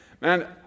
Man